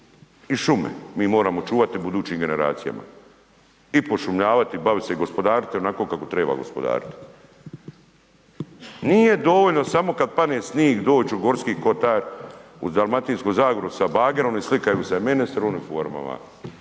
i šume. Mi moramo čuvati budućim generacijama i pošumljavati i baviti se, gospodariti onako kako treba gospodariti. Nije dovoljno samo kada padne snig doći u Gorski kotar u Dalmatinsku zagoru sa bagerom i slikaju se ministri u uniformama.